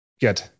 Good